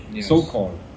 so-called